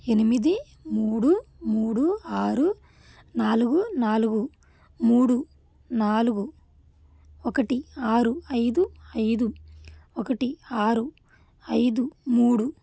ఎనిమిది మూడు మూడు ఆరు నాలుగు నాలుగు మూడు నాలుగు ఒకటి ఆరు ఐదు ఐదు ఒకటి ఆరు ఐదు మూడు